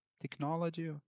technology